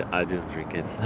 i didn't drink it.